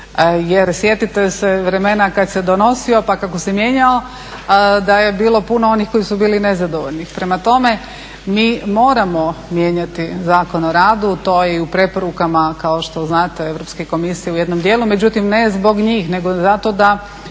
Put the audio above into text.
jer sjetite se vremena kad se donosio pa kako se mijenjao da je bilo puno onih koji su bili nezadovoljni. Prema tome, mi moramo mijenjati Zakon o radu, to je i u preporukama kao što znate Europske komisije u jednom dijelu, međutim ne zbog njih nego zato da